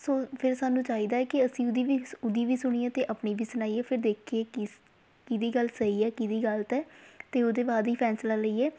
ਸੋ ਫਿਰ ਸਾਨੂੰ ਚਾਹੀਦਾ ਹੈ ਕਿ ਅਸੀਂ ਉਹਦੀ ਵੀ ਉਹਦੀ ਵੀ ਸੁਣੀਏ ਅਤੇ ਆਪਣੀ ਵੀ ਸੁਣਾਈਏ ਫਿਰ ਦੇਖੀਏ ਕਿਸ ਕਿਹਦੀ ਗੱਲ ਸਹੀ ਹੈ ਕਿਹਦੀ ਗਲਤ ਹੈ ਅਤੇ ਉਹਦੇ ਬਾਅਦ ਹੀ ਫੈਸਲਾ ਲਈਏ